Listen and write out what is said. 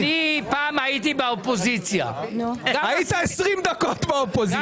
אני פעם הייתי באופוזיציה --- היית 20 דקות באופוזיציה.